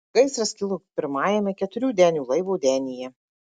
gaisras kilo pirmajame keturių denių laivo denyje